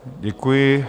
Děkuji.